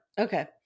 Okay